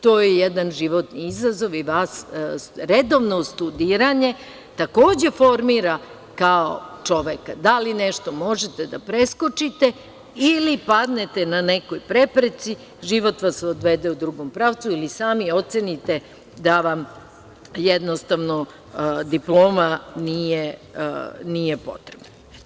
To je jedan životni izazov, redovno studiranje takođe formira kao čoveka, da li nešto možete da preskočite ili padnete na nekoj prepreci, život vas odvede u drugom pravcu ili sami ocenite da vam jednostavno diploma nije potrebna.